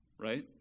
right